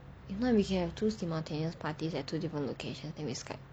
if not we can two simultaneous parties at two different locations that we skype